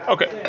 Okay